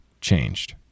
changed